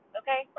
okay